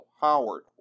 Howard